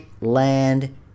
land